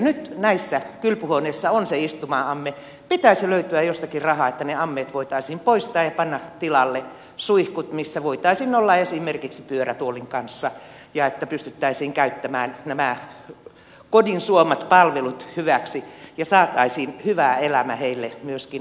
nyt kun näissä kylpyhuoneissa on se istuma amme pitäisi löytyä jostakin rahaa että ne ammeet voitaisiin poistaa ja panna tilalle suihkut missä voitaisiin olla esimerkiksi pyörätuolin kanssa ja pystyttäisiin käyttämään nämä kodin suomat palvelut hyväksi ja saataisiin hyvä elämä heille myöskin loppuajaksi